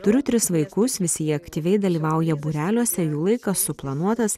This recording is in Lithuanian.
turiu tris vaikus visi jie aktyviai dalyvauja būreliuose jų laikas suplanuotas